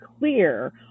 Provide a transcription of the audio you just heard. Clear